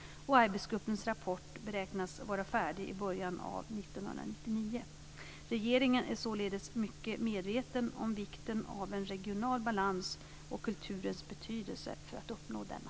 Arbetsgruppens rapport beräknas vara färdig i början av år 1999. Regeringen är således mycket medveten om vikten av en regional balans och kulturens betydelse för att uppnå denna.